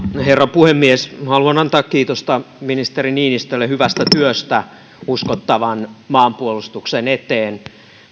herra puhemies haluan antaa kiitosta ministeri niinistölle hyvästä työstä uskottavan maanpuolustuksen eteen